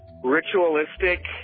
Ritualistic